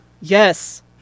Yes